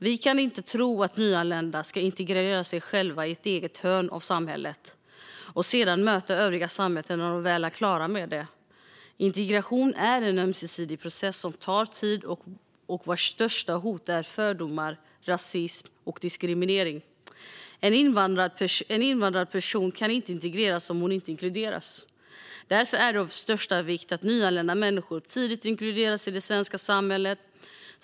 Vi kan inte tro att nyanlända ska integrera sig själva i ett eget hörn av samhället och sedan möta övriga samhället när de väl är klara med det. Integration är en ömsesidig process som tar tid och vars största hot är fördomar, rasism och diskriminering. En invandrad person kan inte integreras om hon inte inkluderas. Därför är det av största vikt att nyanlända människor tidigt inkluderas i det svenska samhället.